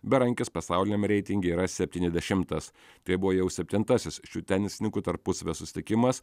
berankis pasauliniame reitinge yra septyniasdešimtas tai buvo jau septintasis šių tenisininkų tarpusavio susitikimas